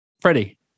Freddie